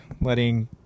letting